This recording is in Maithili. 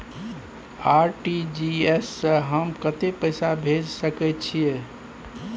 आर.टी.जी एस स हम कत्ते पैसा भेज सकै छीयै?